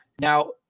Now